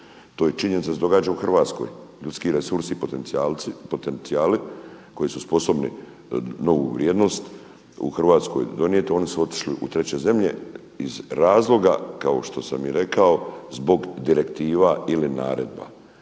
To je činjenica da se događa u Hrvatskoj, ljudski resursi i potencijali koji su sposobni novu vrijednost u Hrvatskoj donijeti. Oni su otišli u treće zemlje iz razloga kao što sam i rekao zbog direktiva ili naredbi.